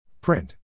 Print